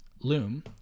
Loom